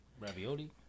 ravioli